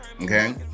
Okay